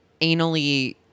anally